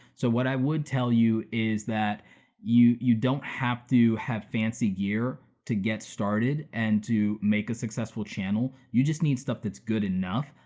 so what i would tell you is that you you don't have to have fancy gear to get started and to make a successful channel, you just need stuff that's good enough.